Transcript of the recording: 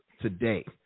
today